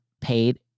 paid